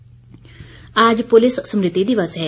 स्मृति दिवस आज पुलिस स्मृति दिवस है